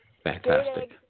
Fantastic